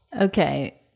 Okay